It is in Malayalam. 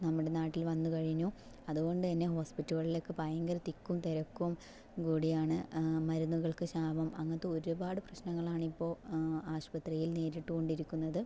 നമ്മുടെ നാട്ടിൽ വന്ന് കഴിഞ്ഞു അതുകൊണ്ട് തന്നെ ഹോസ്പിറ്റലുകളിൽ ഒക്കെ ഭയങ്കര തിക്കും തിരക്കും കൂടിയാണ് മരുന്നുകൾക്ക് ക്ഷാമം അങ്ങനെ ഒരുപാട് പ്രശ്നങ്ങളാണ് ഇപ്പോൾ ആശുപത്രിയിൽ നേരിട്ടു കൊണ്ടിരിക്കുന്നത്